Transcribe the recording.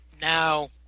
now